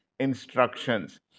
Instructions